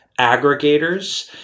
aggregators